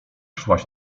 szłaś